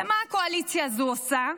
ומה הקואליציה הזו עושה?